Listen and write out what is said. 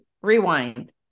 rewind